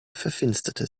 verfinsterte